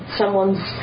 someone's